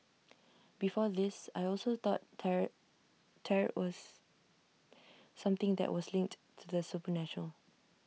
before this I also thought tarot Tarot was something that was linked to the supernatural